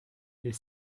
les